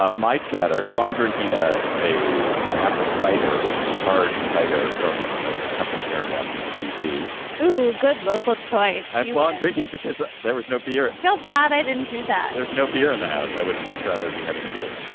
my chatter. so i'm drinking a a an apple cider hard cider from a company here in washington, d c. oh, good local choice. i'm ah i'm drinking because there was no beer. i felt bad. i didn't do that. there's no beer in the house. i would much rather be having a beer,